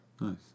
Nice